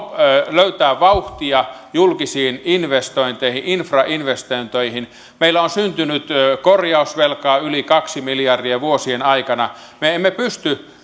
löytää vauhtia julkisiin investointeihin infrainvestointeihin meillä on syntynyt korjausvelkaa yli kaksi miljardia vuosien aikana me emme pysty